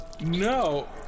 no